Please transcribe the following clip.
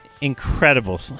incredible